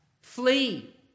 flee